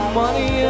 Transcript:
money